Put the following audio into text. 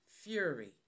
fury